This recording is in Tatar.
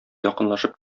якынлашып